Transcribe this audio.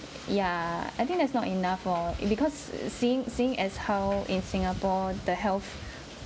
yeah I think that's not enough lor because seeing seeing as how in singapore the health